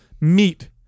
meat